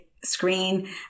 screen